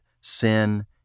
sin